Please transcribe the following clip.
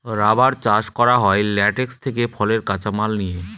rubber চাষ করা হয় ল্যাটেক্স থেকে ফলের কাঁচা মাল নিয়ে